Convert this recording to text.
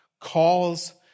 calls